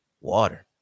water